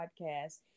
podcast